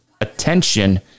attention